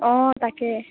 অঁ তাকেই